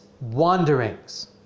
wanderings